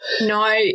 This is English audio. No